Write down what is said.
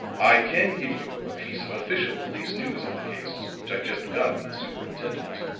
i can give you a piece of official police news on the case, which i just got from the superintendent.